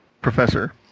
professor